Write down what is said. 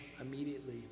immediately